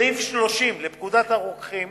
סעיף 30 לפקודת הרוקחים